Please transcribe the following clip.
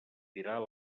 tirar